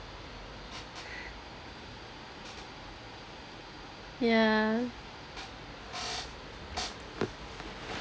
yeah